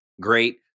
great